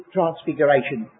Transfiguration